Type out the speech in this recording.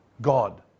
God